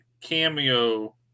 cameo